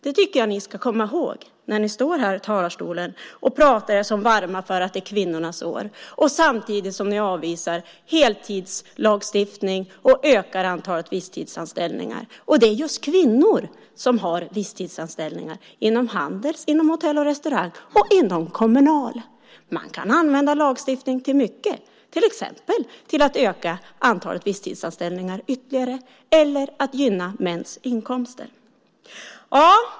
Det tycker jag att ni ska komma ihåg när ni står här i talarstolen och talar er så varma för att det är kvinnornas år, samtidigt som ni avvisar heltidslagstiftning och ökar antalet visstidsanställningar. Och det är just kvinnor som har visstidsanställningar, inom Handels, inom Hotell och Restaurang och inom Kommunal. Man kan använda lagstiftning till mycket, till exempel till att öka antalet visstidsanställningar ytterligare eller till att gynna mäns inkomster.